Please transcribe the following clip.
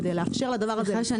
כדי לאפשר לדבר הזה לצמוח ולהישאר.